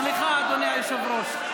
סליחה, אדוני היושב-ראש.